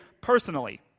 personally